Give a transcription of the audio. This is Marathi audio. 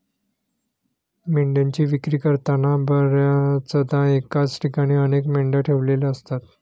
मेंढ्यांची विक्री करताना बर्याचदा एकाच ठिकाणी अनेक मेंढ्या ठेवलेल्या असतात